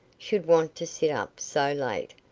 should want to sit up so late,